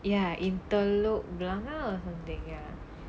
ya in telok blangah or something ya